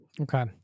Okay